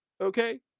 Okay